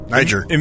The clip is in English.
Niger